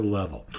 level